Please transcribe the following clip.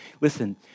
Listen